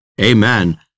Amen